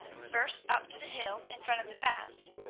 first up to the hill in front of the baths,